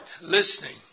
listening